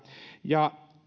ja